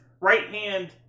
right-hand